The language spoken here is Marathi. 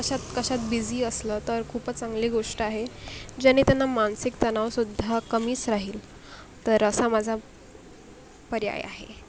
कशात कशात बिझी असलं तर खूपच चांगली गोष्ट आहे जेणे त्यांना मानसिक तणावसुद्धा कमीच राहील तर असा माझा पर्याय आहे